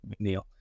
mcneil